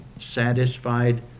satisfied